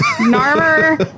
Narmer